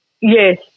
Yes